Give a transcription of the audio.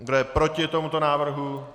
Kdo je proti tomuto návrhu?